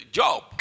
job